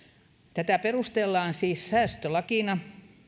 tätä perustellaan siis säästölakina